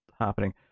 happening